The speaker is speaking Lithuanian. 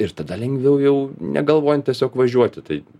ir tada lengviau jau negalvojant tiesiog važiuoti tai